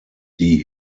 die